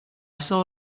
saw